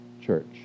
church